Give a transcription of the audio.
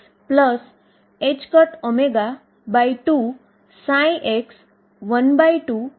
તેથી જે આપણે શ્રોડિંજરSchrödinger સમીકરણ કહીએ છીએ તે 22md2dx2VψEψ છે